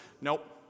nope